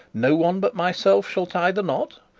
no one but myself shall tie the knot.